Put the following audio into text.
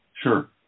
Sure